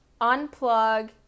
unplug